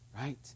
right